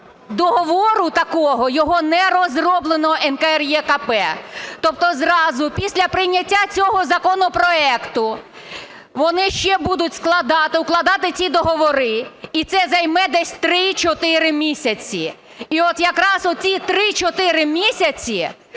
договору такого, його не розроблено НКРЕКП. Тобто зразу після прийняття цього законопроекту вони ще будуть складати, укладати ті договори і це займе десь 3-4 місяці і от якраз ці 3-4 місяці